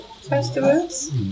festivals